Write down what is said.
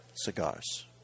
Cigars